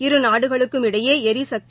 இரு நாடுகளுக்கம் இடையே ளரிசக்தி